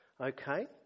Okay